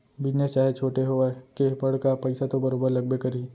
business चाहे छोटे होवय के बड़का पइसा तो बरोबर लगबे करही